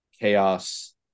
Chaos